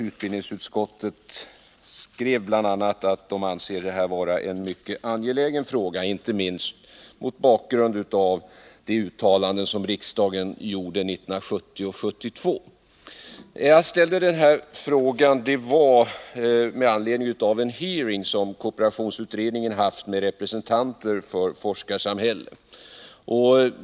Utbildningsutskottet skrev bl.a. att man ansåg det här vara en mycket angelägen fråga, inte minst mot bakgrunden av de uttalanden som riksdagen gjorde 1970 och 1972. Jag ställde frågan med anledning av en hearing som kooperationsutredningen hade med representanter för forskarsamhället.